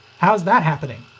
how's that happening?